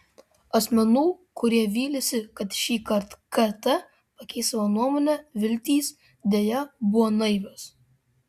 asmenų kurie vylėsi kad šįkart kt pakeis savo nuomonę viltys deja buvo naivios